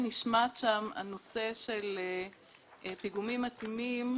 נשמט שם הנושא של פיגומים מתאימים.